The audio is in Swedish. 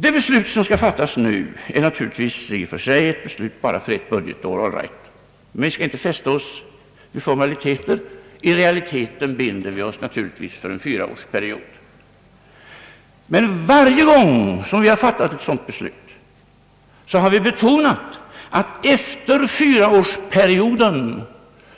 Det beslut som nu skall fattas är naturligtvis i och för sig bara ett beslut för ett budgetår — all right — men vi skall inte fästa oss vid formaliteter, utan i realiteten binder vi oss naturligtvis för en fyraårsperiod. Varje gång som vi har fattat ett sådant beslut har vi betonat, att efter periodens